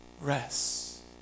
rest